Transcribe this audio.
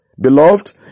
Beloved